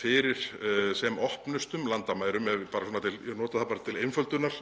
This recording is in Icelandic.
fyrir sem opnustum landamærum, ég nota það orðalag bara til einföldunar,